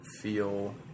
feel